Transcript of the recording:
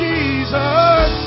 Jesus